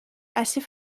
assez